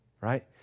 right